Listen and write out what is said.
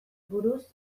buruz